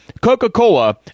Coca-Cola